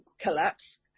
collapse